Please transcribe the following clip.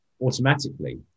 automatically